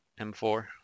M4